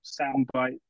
soundbite